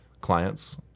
clients